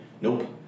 nope